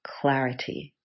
clarity